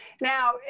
Now